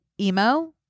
emo